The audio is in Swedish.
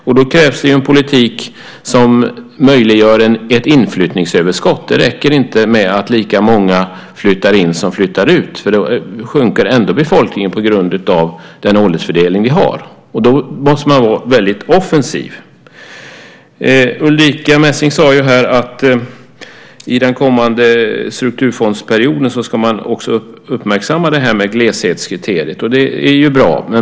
Därför krävs en politik som möjliggör ett inflyttningsöverskott. Det räcker inte att lika många flyttar in som flyttar ut eftersom befolkningen då ändå sjunker på grund av den åldersfördelning som finns där. Man måste därför vara mycket offensiv. Ulrica Messing sade att man i den kommande strukturfondsperioden även ska uppmärksamma gleshetskriteriet, och det är bra.